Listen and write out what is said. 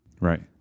right